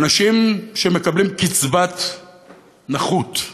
שאנשים שמקבלים קצבת נכות,